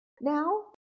now